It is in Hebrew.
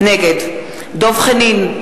נגד דב חנין,